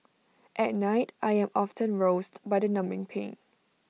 at night I am often roused by the numbing pain